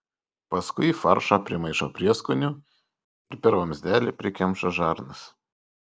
paskui į faršą primaišo prieskonių ir per vamzdelį prikemša žarnas